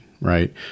right